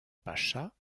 pacha